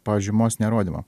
pažymos nerodymo